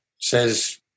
says